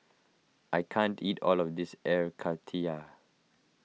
I can't eat all of this Air Karthira